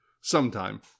Sometime